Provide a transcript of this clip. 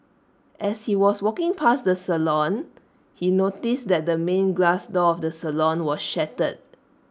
as he was walking past the salon he noticed that the main glass door of the salon was shattered